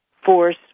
force